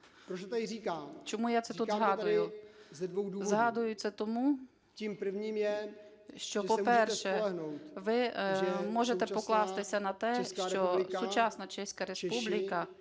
Чому я це тут згадую? Згадую це тому, що, по-перше, ви можете покластися на те, що сучасна Чеська Республіка,